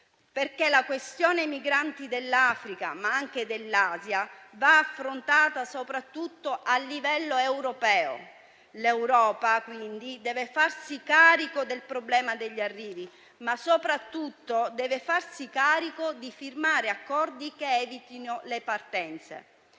estera. La questione migranti dell'Africa ma anche dell'Asia va affrontata soprattutto a livello europeo. L'Europa, quindi, deve farsi carico del problema degli arrivi, ma soprattutto deve farsi carico di firmare accordi che evitino le partenze.